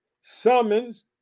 summons